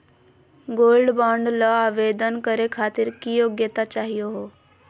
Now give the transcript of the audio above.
Gold bond ल आवेदन करे खातीर की योग्यता चाहियो हो?